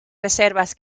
reservas